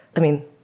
i mean,